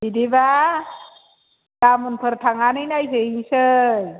बिदिबा गाबोनफोर थांनानै नायहैनोसै